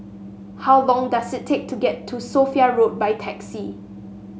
how long does it take to get to Sophia Road by taxi